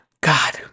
God